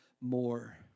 more